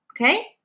okay